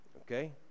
Okay